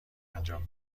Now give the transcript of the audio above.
انجام